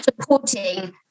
supporting